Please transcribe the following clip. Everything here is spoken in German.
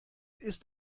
ist